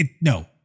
No